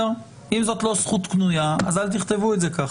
אם זאת לא זכות קנויה, אל תכתבו את זה כך.